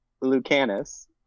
Lucanus